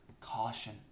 caution